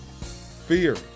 Fear